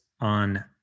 on